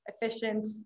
efficient